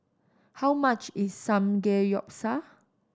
how much is Samgeyopsal